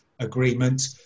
agreement